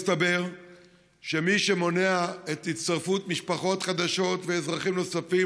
הסתבר שמי שמונע את ההצטרפות של משפחות חדשות ואזרחים נוספים